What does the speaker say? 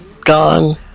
Gone